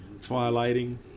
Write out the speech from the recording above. Twilighting